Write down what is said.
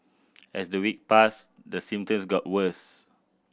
as the week passed the symptoms got worse